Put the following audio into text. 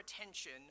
attention